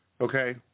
okay